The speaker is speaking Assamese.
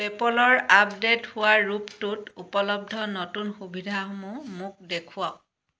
পে'পলৰ আপডে'ট হোৱাৰ ৰূপটোত উপলব্ধ নতুন সুবিধাসমূহ মোক দেখুৱাওক